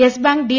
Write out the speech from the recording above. yes Bank D